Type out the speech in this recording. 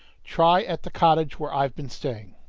try at the cottage where i've been staying.